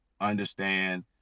understand